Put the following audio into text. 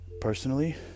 personally